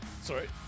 Sorry